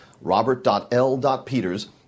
robert.l.peters